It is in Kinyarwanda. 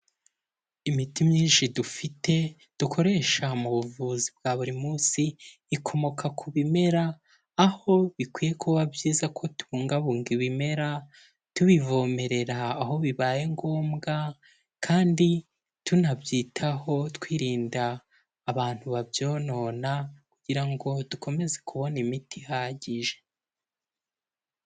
Imiti myinshi dufite dukoresha mu buvuzi bwa buri munsi ikomoka ku bimera aho bikwiye kuba byiza ko tubungabunga ibimera tubivomerera aho bibaye ngombwa kandi tunabyitaho twirinda abantu babyonona kugira ngo dukomeze kubona imiti ihagije.